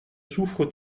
souffre